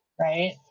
Right